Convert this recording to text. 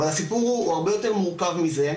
אבל הסיפור הרבה יותר מורכב מזה,